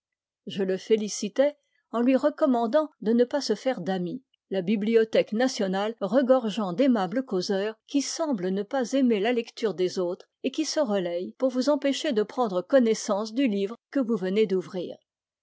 je le félicitai en lui recommandant de ne pas se faire d'amis la bibliothèque nationale regorgeant d'aimables causeurs qui semblent ne pas aimer la lecture des autres et qui se relayent pour vous empêcher de prendre connaissance du livre que vous venez d'ouvrir